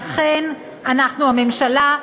ואכן אנחנו, הממשלה,